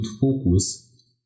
focus